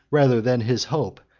rather than his hope,